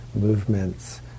movements